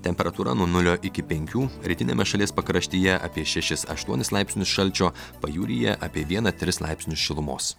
temperatūra nuo nulio iki penkių rytiniame šalies pakraštyje apie šešis aštuonis laipsnius šalčio pajūryje apie vieną tris laipsnius šilumos